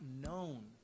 known